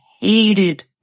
hated